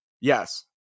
Yes